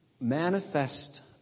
manifest